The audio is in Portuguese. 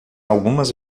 algumas